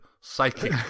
psychic